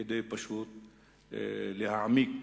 כדי להעמיק,